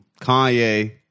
Kanye